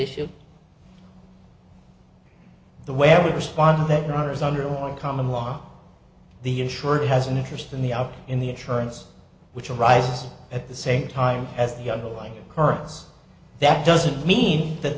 issue the way i would respond to that roger is under common law the insured has an interest in the out in the insurance which arises at the same time as the underlying currents that doesn't mean that